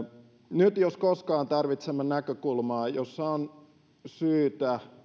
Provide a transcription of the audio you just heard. nyt jos koskaan tarvitsemme näkökulmaa jossa on syytä